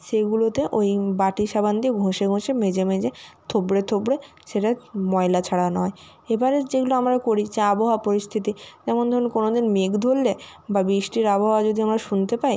সেইগুলোতে ওই বাটি সাবান দিয়ে ঘষে ঘষে মেজে মেজে থুবড়ে থুবড়ে সেটার ময়লা ছাড়ানো হয় এবারে যেগুলো আমরা করি যা আবহাওয়া পরিস্থিতি যেমন ধরুন কোনো দিন মেঘ ধরলে বা বৃষ্টির আবহাওয়া যদি আমরা শুনতে পাই